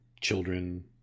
children